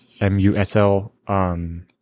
musl